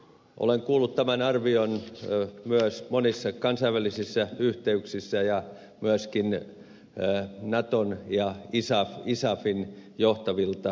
olen kuullut tämän arvion myös monissa kansainvälisissä yhteyksissä ja myöskin naton ja isafin johtavilta sotilailta